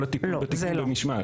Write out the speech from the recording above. כל הטיפול, טיפול במשמעת.